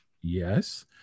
Yes